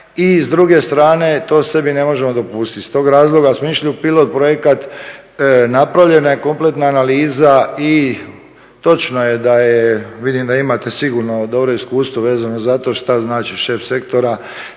i s druge strane to sebi ne možemo dopustiti. Iz toga razloga smo išli u pilot projekat, napravljena je kompletna analiza i točno je da je vidim da imate sigurno dobro iskustvo vezano za to šta znači šef sektora,